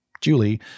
Julie